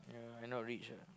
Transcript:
yeah I not rich ah